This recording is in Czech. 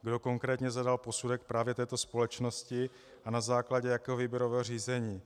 Kdo konkrétně zadal posudek právě této společnosti a na základě jakého výběrového řízení?